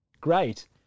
great